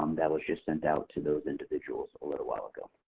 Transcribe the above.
um that was just sent out to those individuals a little while ago.